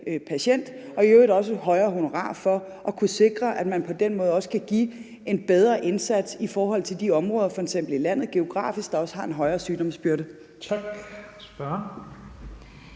patient, og at de i øvrigt også skal have et højere honorar, for at kunne sikre, at man på den måde også kan give en bedre indsats i forhold til f.eks. de områder i landet, der geografisk har en højere sygdomsbyrde. Kl.